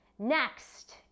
Next